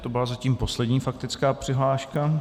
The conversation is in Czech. To byla zatím poslední faktická přihláška.